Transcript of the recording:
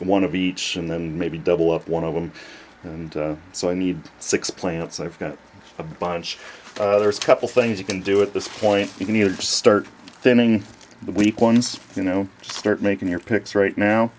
one of each and then maybe double up one of them and so i need six plants i've got a bunch of others couple things you can do at this point you can either start thinning the weak ones you know start making your picks right now